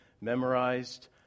memorized